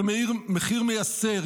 זה מחיר מייסר.